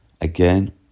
Again